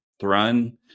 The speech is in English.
Thrun